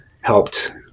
helped